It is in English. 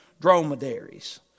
dromedaries